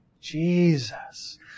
Jesus